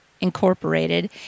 incorporated